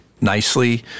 nicely